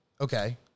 okay